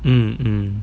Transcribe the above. mm mm